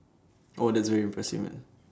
oh that's very impressive man